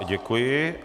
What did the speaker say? Děkuji.